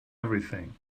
everything